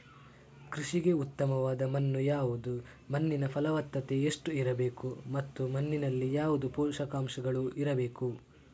ಕೃಷಿಗೆ ಉತ್ತಮವಾದ ಮಣ್ಣು ಯಾವುದು, ಮಣ್ಣಿನ ಫಲವತ್ತತೆ ಎಷ್ಟು ಇರಬೇಕು ಮತ್ತು ಮಣ್ಣಿನಲ್ಲಿ ಯಾವುದು ಪೋಷಕಾಂಶಗಳು ಇರಬೇಕು?